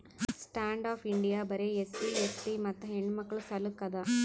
stand up India ಬರೆ SC ST ಮತ್ತ ಹೆಣ್ಣಮಕ್ಕುಳ ಸಲಕ್ ಅದ